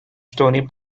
stony